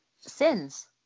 sins